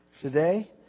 today